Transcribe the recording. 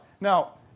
Now